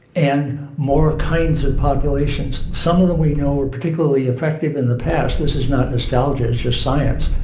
and more kinds of populations. some of them, we know, are particularly affected in the past this is not nostalgia it's just science.